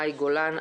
מאי גולן,